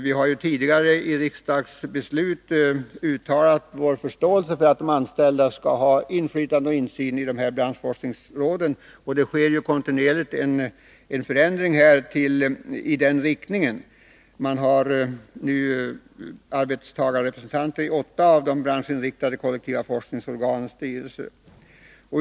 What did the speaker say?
Vi har ju tidigare i riksdagsbeslut uttalat vår förståelse för att de anställda skall ha inflytande och insyn i branschforskningsråden, och det sker kontinuerligt en förändring i den riktningen. Man har nu arbetstagarrepresentanter i åtta av de branschinriktade kollektiva forskningsorganens styrelser.